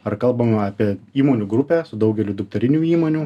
ar kalbama apie įmonių grupę su daugeliu dukterinių įmonių